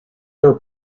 are